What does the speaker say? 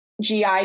GI